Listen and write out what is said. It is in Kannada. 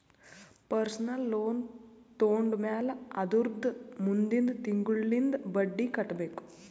ಪರ್ಸನಲ್ ಲೋನ್ ತೊಂಡಮ್ಯಾಲ್ ಅದುರ್ದ ಮುಂದಿಂದ್ ತಿಂಗುಳ್ಲಿಂದ್ ಬಡ್ಡಿ ಕಟ್ಬೇಕ್